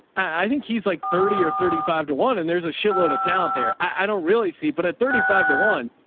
i think he's like thirty or thirty five to one and there's a shitload of talent there. i don't really see, but at thirty five to one,